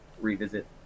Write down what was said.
revisit